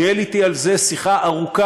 הוא ניהל אתי על זה שיחה ארוכה,